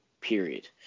period